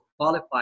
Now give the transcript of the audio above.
qualify